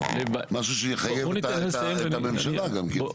משהו שיחייב את הממשלה גם כן.